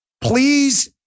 Please